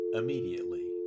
immediately